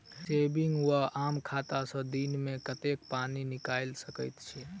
Saving वा आम खाता सँ एक दिनमे कतेक पानि निकाइल सकैत छी?